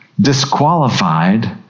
disqualified